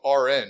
RN